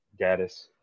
Gaddis